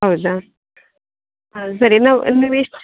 ಹೌದಾ ಹಾಂ ಸರಿ ನಾವು ನೀವು ಎಷ್ಟು